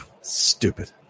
Stupid